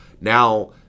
Now